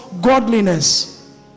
Godliness